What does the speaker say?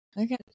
Okay